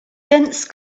dense